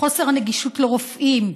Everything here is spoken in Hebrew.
חוסר הנגישות לרופאים,